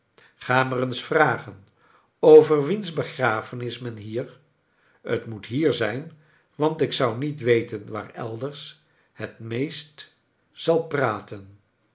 ga maar eens vragen over wiens begrafenis men hier t moet hier zip want ik zou niet we ten waar elders het meest zal praten